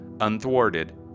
Unthwarted